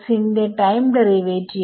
ന്റെ time derivative